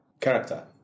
character